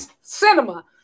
cinema